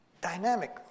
Dynamic